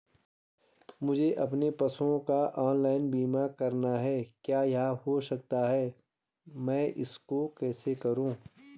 मुझे अपने पशुओं का ऑनलाइन बीमा करना है क्या यह हो सकता है मैं इसको कैसे करूँ?